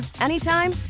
anytime